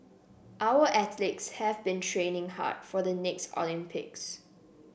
our athletes have been training hard for the next Olympics